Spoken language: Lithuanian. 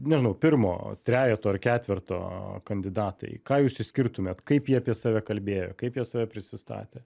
nežinau pirmo trejeto ar ketverto kandidatai ką jūs išskirtumėt kaip jie apie save kalbėjo kaip jie save prisistatė